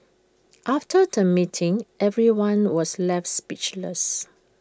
after the meeting everyone was left speechless